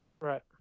Right